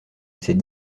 ces